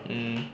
mm